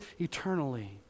eternally